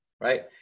Right